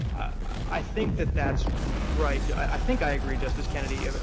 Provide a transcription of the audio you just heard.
i think that that's right. i think i agree, justice kennedy,